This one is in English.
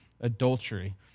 adultery